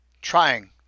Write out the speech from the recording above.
trying